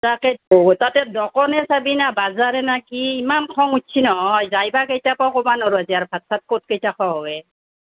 তাকেতো তাতে দোকানেই চাবি না বজাৰেই না কি ইমান খং উঠিছে নহয় যাই বা কেতিয়া পাওঁ ক'বা নোৱাৰো আৰু ভাত চাত ক'ত কেতিয়া খোৱা হ'বএ